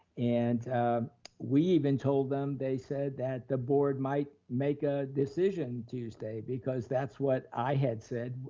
and we even told them, they said that the board might make a decision tuesday because that's what i had said,